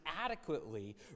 adequately